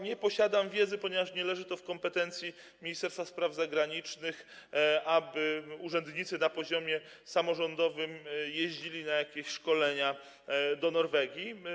Nie posiadam wiedzy, ponieważ nie leży to w kompetencji Ministerstwa Spraw Zagranicznych, na temat tego, aby urzędnicy na poziomie samorządowym jeździli na jakieś szkolenia do Norwegii.